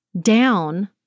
down